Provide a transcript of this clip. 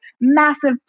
massive